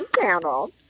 channel